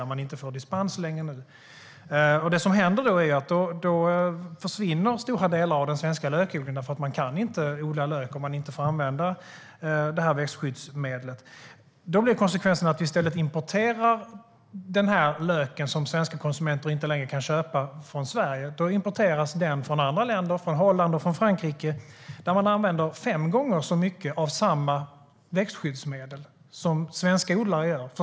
Här får det inte längre dispens. Då försvinner stora delar av den svenska lökodlingen. Man kan inte odla lök om man inte får använda det växtskyddsmedlet. Konsekvensen blir att vi i stället importerar löken eftersom svenska konsumenter inte längre kan köpa lök från Sverige. Den importeras då från andra länder, från Holland och Frankrike, där man använder fem gånger så mycket av samma växtskyddsmedel som svenska odlare gör.